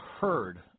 heard